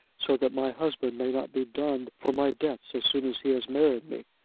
so that my husband may not be dunned for my debts as soon as he has married me.